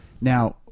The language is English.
Now